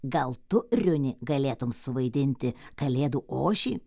gal tu riuni galėtum suvaidinti kalėdų ožį